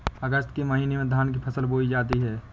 अगस्त के महीने में धान की फसल बोई जाती हैं